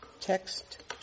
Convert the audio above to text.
Text